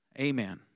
Amen